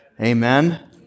Amen